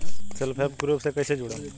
Self help group से कइसे जुड़म?